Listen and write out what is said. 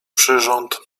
przyrząd